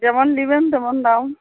যেমন নেবেন তেমন দাম